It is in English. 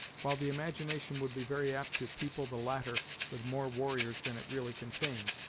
while the imagination would be very apt to people the latter with more warriors than it really contained,